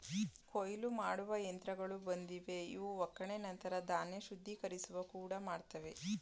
ಕೊಯ್ಲು ಮಾಡುವ ಯಂತ್ರಗಳು ಬಂದಿವೆ ಇವು ಒಕ್ಕಣೆ ನಂತರ ಧಾನ್ಯ ಶುದ್ಧೀಕರಿಸುವ ಕೂಡ ಮಾಡ್ತವೆ